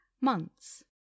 months